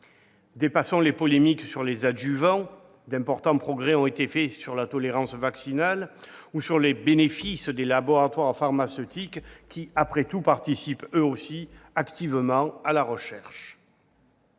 Dépassons les polémiques sur les adjuvants, puisque d'importants progrès ont été faits sur la tolérance vaccinale, ou sur les bénéfices des laboratoires pharmaceutiques, qui participent eux aussi activement à la recherche.